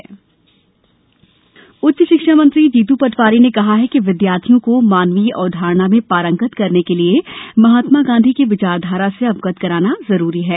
नये विश्वविद्यालय गांधी स्तंभ उच्च शिक्षा मंत्री जीतू पटवारी ने कहा कि विद्यार्थियों को मानवीय अवधारणा में पारंगत करने के लिये महात्मा गांधी की विचारधारा से अवगत कराना जरूरी है